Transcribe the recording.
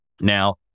Now